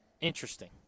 Interesting